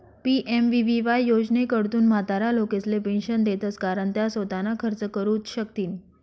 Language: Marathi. पी.एम.वी.वी.वाय योजनाकडथून म्हातारा लोकेसले पेंशन देतंस कारण त्या सोताना खर्च करू शकथीन